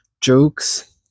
jokes